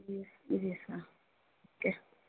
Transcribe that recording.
جی جی sir okay